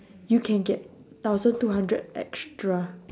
you can get thousand two hundred extra